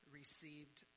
received